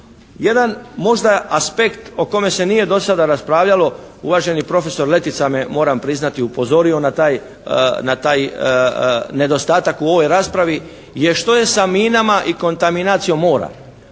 Jedan možda aspekt o kome se nije do sada raspravljalo, uvaženi profesor Letica me moram priznati upozorio na taj nedostatak u ovoj raspravi je što je sa minama i kontaminacijom mora?